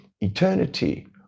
eternity